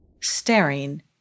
staring